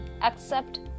Accept